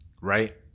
right